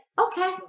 okay